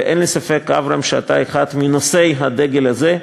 אין לי ספק, אברהם, שאתה אחד מנושאי הדגל הזה.